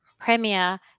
premier